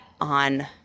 on